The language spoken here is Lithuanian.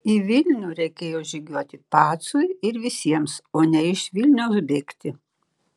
į vilnių reikėjo žygiuoti pacui ir visiems o ne iš vilniaus bėgti